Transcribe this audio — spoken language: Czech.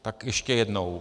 Tak ještě jednou.